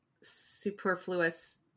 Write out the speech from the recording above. superfluous